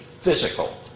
physical